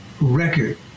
record